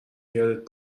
یادت